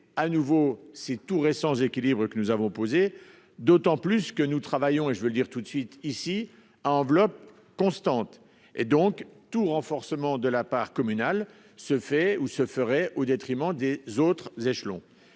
à nouveau c'est tout récent équilibre que nous avons posée, d'autant plus que nous travaillons et je veux le dire tout de suite ici à enveloppe constante et donc tout renforcement de la part communale se fait ou se ferait au détriment des autres échelons